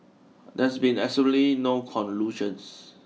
there's been absolutely no collusions